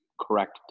correct